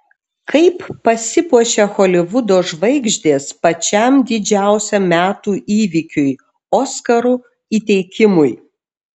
kaip pasipuošia holivudo žvaigždės pačiam didžiausiam metų įvykiui oskarų įteikimui